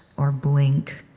or blink,